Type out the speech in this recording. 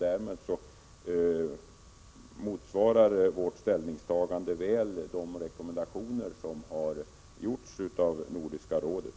Därmed motsvarar vårt ställningstagande väl de rekommendationer som har gjorts av Nordiska rådet.